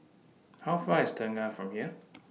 How Far IS Tengah from here